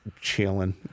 chilling